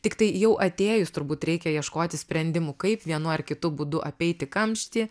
tiktai jau atėjus turbūt reikia ieškoti sprendimų kaip vienu ar kitu būdu apeiti kamštį